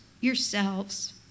yourselves